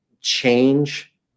change